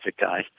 guy